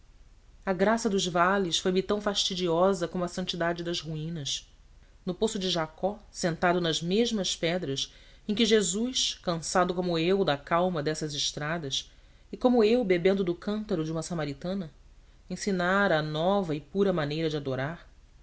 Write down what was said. a graça dos vales foi-me tão fastidiosa como a santidade das ruínas no poço de jacó sentado nas mesmas pedras em que jesus cansado como eu da calma destas estradas e como eu bebendo do cântaro de uma samaritana ensinara a nova e pura maneira de adorar